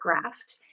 graft